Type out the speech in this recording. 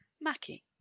Mackie